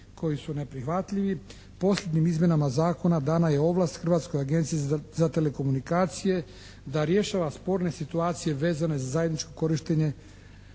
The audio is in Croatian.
koji su neprihvatljivi posljednjim izmjenama zakona dana je ovlast Hrvatskoj agenciji za telekomunikacije da rješava sporne situacije vezane za zajedničko korištenje